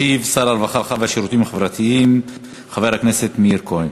ישיב שר הרווחה והשירותים החברתיים חבר הכנסת מאיר כהן.